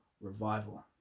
revival